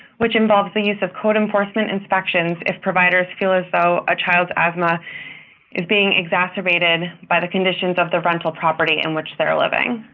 which involves the use of code enforcement inspections if providers feel as though a child's asthma is being exacerbated by the conditions of the rental property in which they are living.